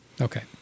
Okay